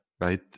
right